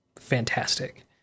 fantastic